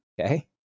okay